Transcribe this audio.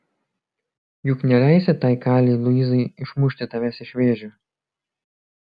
juk neleisi tai kalei luizai išmušti tavęs iš vėžių